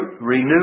renew